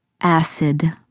Acid